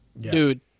Dude